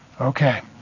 Okay